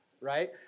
right